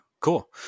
Cool